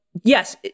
Yes